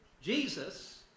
Jesus